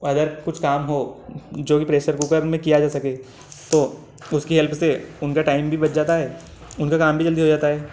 other कुछ काम हो जो कि प्रेसर कुकर में किया जा सके तो उसकी हेल्प से उनका टाइम भी बच जाता है उनका काम भी जल्दी हो जाता है